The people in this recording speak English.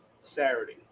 Saturday